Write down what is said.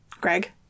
Greg